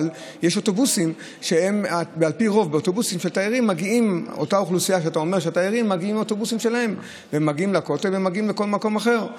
אבל על פי רוב התיירים מגיעים באוטובוסים שלהם לכותל ולכל מקום אחר.